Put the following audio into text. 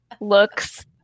looks